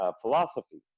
philosophy